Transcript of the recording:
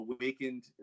awakened